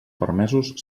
permesos